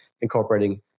incorporating